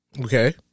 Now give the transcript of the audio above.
Okay